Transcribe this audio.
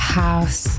house